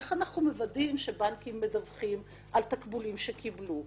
איך אנחנו מוודאים שבנקים מדווחים על תקבולים שקיבלו?